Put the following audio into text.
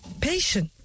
patient